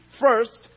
first